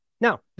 Now